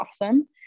awesome